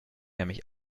nämlich